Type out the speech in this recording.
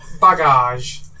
bagage